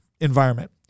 environment